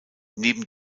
neben